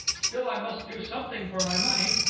still i must do something for my money.